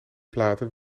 platen